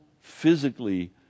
physically